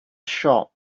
shop